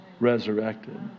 resurrected